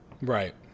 Right